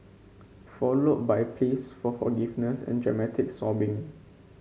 followed by pleas for forgiveness and dramatic sobbing